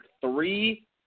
three